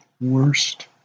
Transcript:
worst